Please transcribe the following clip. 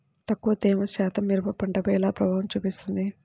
తక్కువ తేమ శాతం మిరప పంటపై ఎలా ప్రభావం చూపిస్తుంది?